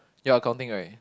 you're accounting right